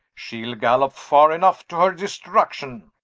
shee'le gallop farre enough to her destruction.